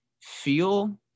Feel